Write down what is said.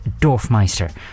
Dorfmeister